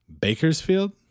Bakersfield